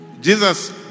Jesus